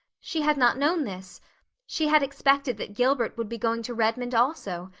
she had not known this she had expected that gilbert would be going to redmond also.